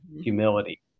humility